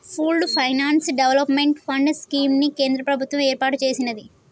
pooled finance development fund scheme ని కేంద్ర ప్రభుత్వం ఏర్పాటు చేసినాది